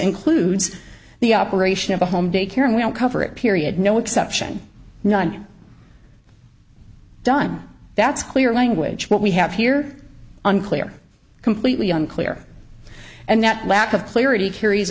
includes the operation of a home daycare and we don't cover it period no exception none done that's clear language what we have here unclear completely unclear and that lack of clarity carries